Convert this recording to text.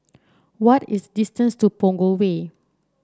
what is the distance to Punggol Way